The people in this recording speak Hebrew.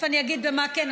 אז תכף אני אגיד במה כן.